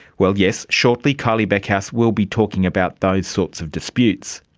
well yes, shortly kylie beckhouse will be talking about those sorts of disputes.